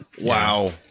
Wow